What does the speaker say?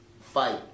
fight